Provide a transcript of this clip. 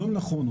לא נכון,